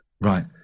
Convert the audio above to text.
Right